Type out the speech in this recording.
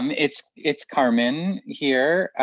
it's it's carmen here.